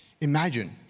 Imagine